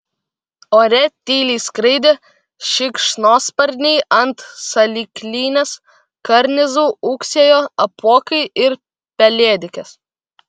ore tyliai skraidė šikšnosparniai ant salyklinės karnizų ūksėjo apuokai ir pelėdikės